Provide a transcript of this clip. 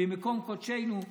במקום קודשנו,